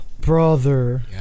Brother